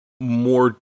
more